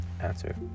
Answer